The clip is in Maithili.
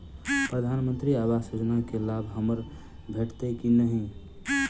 प्रधानमंत्री आवास योजना केँ लाभ हमरा भेटतय की नहि?